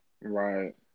Right